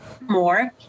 more